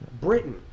Britain